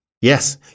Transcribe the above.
yes